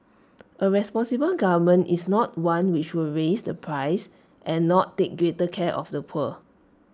A responsible government is not one which will raise the price and not take greater care of the poor